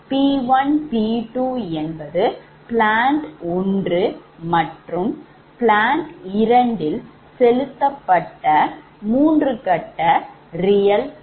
இதிலுள்ள P1 P2 என்பது plant 1 மற்றும் plant 2 ல் செலுத்தப்பட்ட 3 கட்ட real power